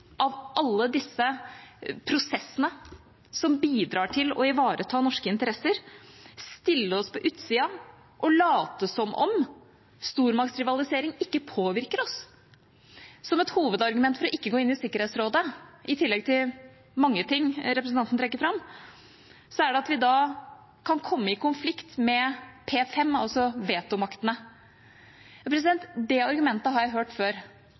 av alle disse prosessene som bidrar til å ivareta norske interesser, stille oss på utsiden og late som om stormaktsrivalisering ikke påvirker oss. Et hovedargument for ikke å gå inn i Sikkerhetsrådet, i tillegg til mange ting representanten trekker fram, er at vi da kan komme i konflikt med P5, altså vetomaktene. Det argumentet har jeg hørt før.